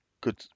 good